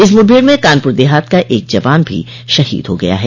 इस मुठभेड़ में कानपुर देहात का एक जवान भी शहीद हो गया है